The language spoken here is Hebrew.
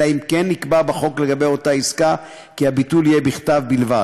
אלא אם כן נקבע בחוק לגבי אותה עסקה כי הביטול יהיה בכתב בלבד,